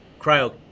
cryo